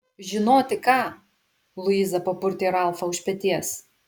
žinoti ką luiza papurtė ralfą už peties